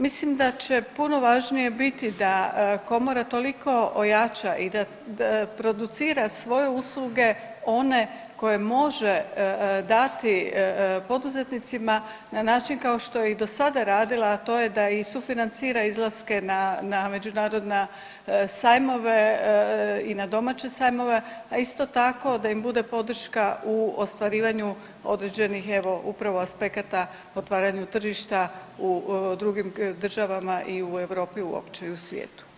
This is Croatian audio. Mislim da će puno važnije biti da komora toliko ojača i da producira svoje usluge one koje može dati poduzetnicima na način kao što je i do sada radila, a to da i sufinancira izlaske na međunarodna sajmove i na domaće sajmove, a isto tako da im bude podrška u ostvarivanju određenih evo upravo aspekata otvaranju tržišta u drugim državama i u Europi uopće i u svijetu.